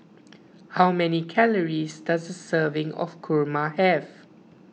how many calories does a serving of Kurma have